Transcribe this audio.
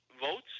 votes